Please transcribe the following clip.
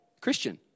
Christian